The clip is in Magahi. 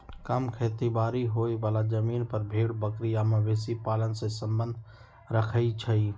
कम खेती बारी होय बला जमिन पर भेड़ बकरी आ मवेशी पालन से सम्बन्ध रखई छइ